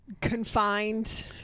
confined